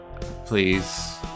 please